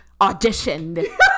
auditioned